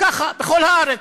ככה בכל הארץ.